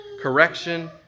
correction